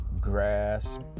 grasp